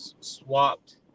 swapped